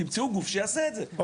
אז תמצאו גוף שיעשה את זה,